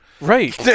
Right